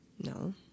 No